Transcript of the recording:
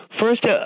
First